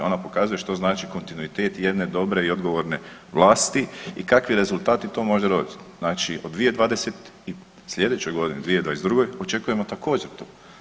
Ona pokazuje što znači kontinuitet jedne dobre i odgovorne vlasti i kakvi rezultati to može ... znači od 2020, sljedeće godine, 2022. očekujemo također, to.